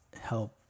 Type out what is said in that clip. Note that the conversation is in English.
help